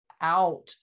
Out